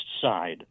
side